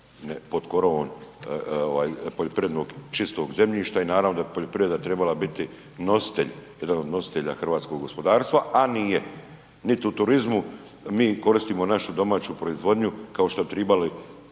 pod korovom poljoprivrednog čistog zemljišta i naravno da poljoprivreda bi trebala biti nositelj, jedan od nositelja hrvatskog gospodarstva a nije, niti u turizmu, mi ne koristimo našu domaću proizvodnju kao što bi